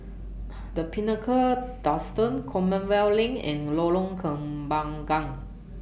The Pinnacle Duxton Common weel LINK and Lorong Kembagan